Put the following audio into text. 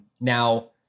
Now